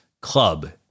club